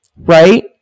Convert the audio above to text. right